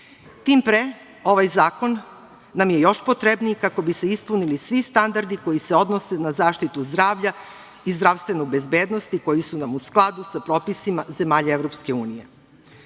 Tim pre ovaj zakon nam je još potrebniji kako bi se ispunili svi standardi koji se odnose na zaštitu zdravlja i zdravstvenu bezbednost i koji su nam u skladu sa propisima zemalja